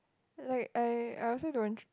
like I I also don't